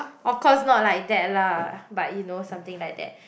of course not like that lah but you know something like that